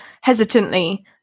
hesitantly